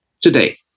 today